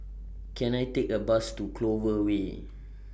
Can I Take A Bus to Clover Way